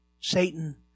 Satan